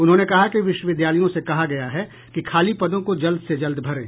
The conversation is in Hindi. उन्होंने कहा कि विश्वविद्यालयों से कहा गया है कि खाली पदों को जल्द से जल्द भरें